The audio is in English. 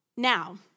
Now